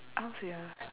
how to say ah